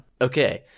Okay